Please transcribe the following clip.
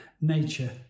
nature